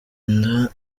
inda